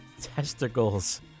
testicles